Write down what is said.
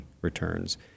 returns